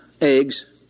eggs